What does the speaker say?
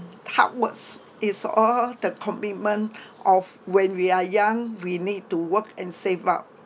hard works it's all the commitment of when we are young we need to work and save up